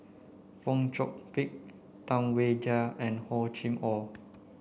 Fong Chong Pik Tam Wai Jia and Hor Chim Or